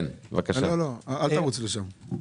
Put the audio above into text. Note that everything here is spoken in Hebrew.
אל תרוץ לשם.